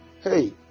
Hey